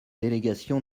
délégation